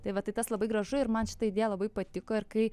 tai va tai tas labai gražu ir man šita idėja labai patiko ir kai